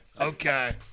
Okay